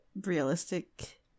realistic